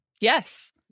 Yes